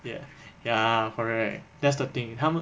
ya ya correct that's the thing 他们